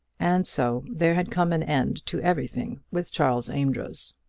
and so there had come an end to everything with charles amedroz.